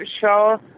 show